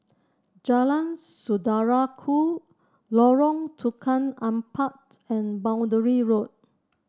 Jalan Saudara Ku Lorong Tukang Empat and Boundary Road